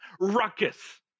ruckus